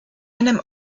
einem